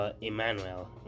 Emmanuel